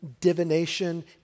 divination